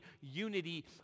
unity